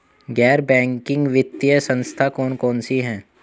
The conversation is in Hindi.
गैर बैंकिंग वित्तीय संस्था कौन कौन सी हैं?